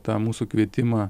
tą mūsų kvietimą